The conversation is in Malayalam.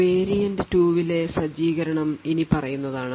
വേരിയൻറ് 2 ലെ സജ്ജീകരണം ഇനിപ്പറയുന്നതാണ്